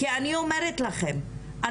כי אני אומרת לכם,